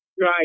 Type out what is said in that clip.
Right